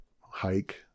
hike